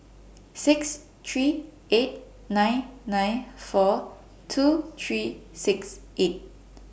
six three eight nine nine four two three six eight